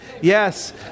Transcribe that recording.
Yes